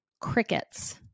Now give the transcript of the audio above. crickets